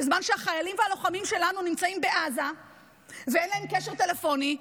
בזמן שהחיילים והלוחמים שלנו נמצאים בעזה ואין להם קשר טלפוני,